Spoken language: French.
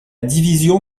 division